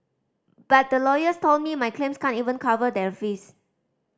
but the lawyers told me my claims can't even cover their fees